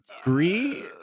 Agree